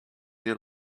you